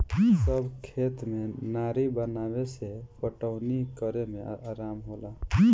सब खेत में नारी बनावे से पटवनी करे में आराम होला